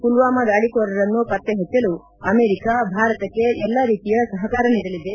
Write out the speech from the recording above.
ಪುಲ್ವಾಮ ದಾಳಕೋರರನ್ನು ಪತ್ತೆ ಹಚ್ಚಲು ಅಮೆರಿಕ ಭಾರತಕ್ಕೆ ಎಲ್ಲಾ ರೀತಿಯ ಸಹಕಾರ ನೀಡಲಿದೆ